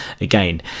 again